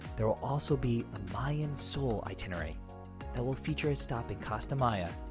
there will also be a mayan sol itinerary that will feature a stop at costa maya.